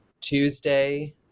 Tuesday